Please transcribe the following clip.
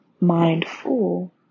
mindful